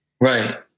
Right